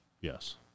Yes